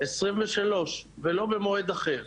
2023 ולא במועד אחר.